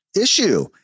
issue